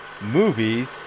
Movies